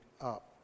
up